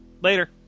Later